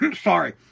Sorry